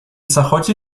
zachodzi